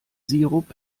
sirup